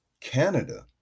Canada